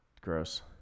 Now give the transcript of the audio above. Gross